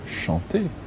chanter